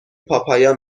پاپایا